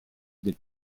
del